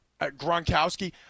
Gronkowski